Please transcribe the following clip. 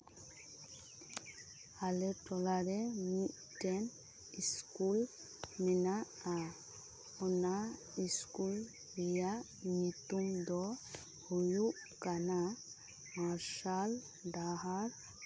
ᱟᱞᱮ ᱴᱚᱞᱟᱨᱮ ᱢᱤᱫᱴᱮᱱ ᱤᱥᱠᱩᱞ ᱢᱮᱱᱟᱜᱼᱟ ᱚᱱᱟ ᱤᱥᱠᱩᱞ ᱨᱮᱭᱟᱜ ᱧᱩᱛᱩᱢ ᱫᱚ ᱦᱩᱭᱩᱜ ᱠᱟᱱᱟ ᱢᱟᱨᱥᱟᱞ ᱰᱟᱦᱟᱨ